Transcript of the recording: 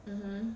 um hmm